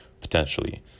potentially